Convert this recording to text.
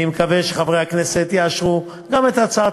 אני מקווה שחברי הכנסת יאשרו גם את הצעת